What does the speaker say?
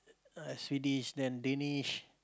uh Swedish then Danish